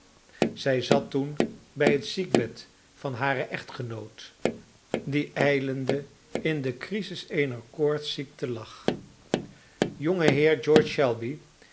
zij zat toen bij het ziekbed van haren echtgenoot die ijlende in de crisis eener koortsziekte lag jongeheer george shelby